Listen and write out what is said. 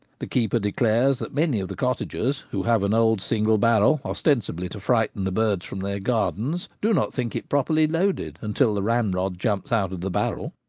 the keeper declares that many of the cottagers, who have an old single-barrel, ostensibly to frighten the birds from their gardens, do not think it properly loaded until the ramrod jumps out of the barrel.